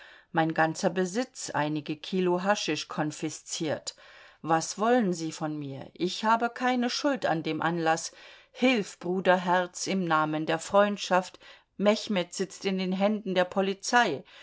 mein ganzer besitz einige kilo haschisch konfisziert was wollen sie von mir ich habe keine schuld an dem anlaß hilf bruderherz im namen der freundschaft mechmed sitzt in den händen der polizei